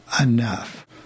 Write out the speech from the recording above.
enough